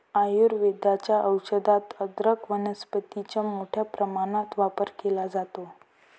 आयुर्वेदाच्या औषधात अदरक वनस्पतीचा मोठ्या प्रमाणात वापर केला जातो